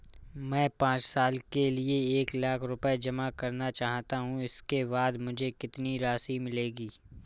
मैं पाँच साल के लिए एक लाख रूपए जमा करना चाहता हूँ इसके बाद मुझे कितनी राशि मिलेगी?